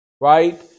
right